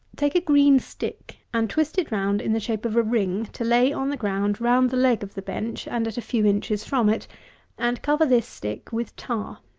take a green stick and twist it round in the shape of a ring to lay on the ground round the leg of the bench, and at a few inches from it and cover this stick with tar.